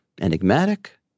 enigmatic